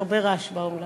יש הרבה רעש באולם.